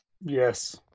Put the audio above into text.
Yes